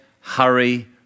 hurry